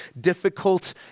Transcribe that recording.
difficult